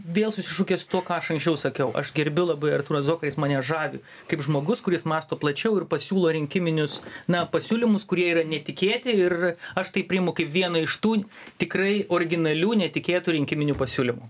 vėl susišaukia su tuo ką aš anksčiau sakiau aš gerbiu labai artūrą zuoką jis mane žavi kaip žmogus kuris mąsto plačiau ir pasiūlo rinkiminius na pasiūlymus kurie yra netikėti ir aš tai priimu kaip vieną iš tų tikrai originalių netikėtų rinkiminių pasiūlymų